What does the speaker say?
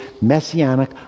messianic